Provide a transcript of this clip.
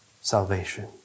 salvation